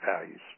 values